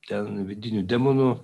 ten vidinių demonų